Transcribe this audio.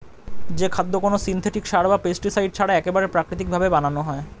যে খাদ্য কোনো সিনথেটিক সার বা পেস্টিসাইড ছাড়া একবারে প্রাকৃতিক ভাবে বানানো হয়